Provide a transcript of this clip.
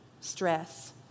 Stress